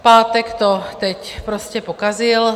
Pátek to teď prostě pokazil.